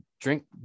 drink